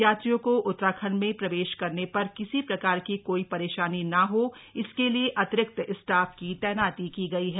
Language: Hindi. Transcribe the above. यात्रियों को उत्तराखंड में प्रवेश करने पर किसी प्रकार की कोई परेशानी ना हो इसके लिए अतिरिक्त स्टाफ की तैनाती की गई है